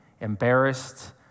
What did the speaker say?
embarrassed